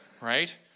right